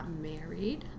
married